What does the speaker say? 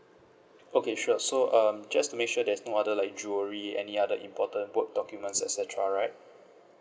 okay sure so um just to make sure there's no other like jewellery any other important work documents et cetera right